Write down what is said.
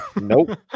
Nope